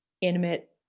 intimate